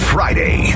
Friday